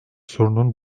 sorunun